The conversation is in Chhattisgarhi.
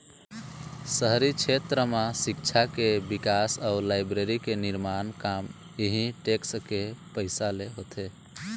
शहरी छेत्र म सिक्छा के बिकास अउ लाइब्रेरी के निरमान काम इहीं टेक्स के पइसा ले होथे